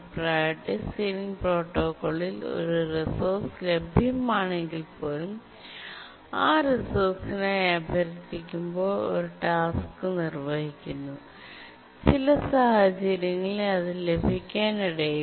priority ceiling പ്രോട്ടോക്കോളിൽ ഒരു resource ലഭ്യമാണെങ്കിൽപ്പോലും ആ റിസോഴ്സിനായി അഭ്യർത്ഥിക്കുമ്പോൾ ഒരു ടാസ്ക് നിർവ്വഹിക്കുന്നു ചില സാഹചര്യങ്ങളിൽ അത് ലഭിക്കാനിടയില്ല